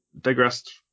digressed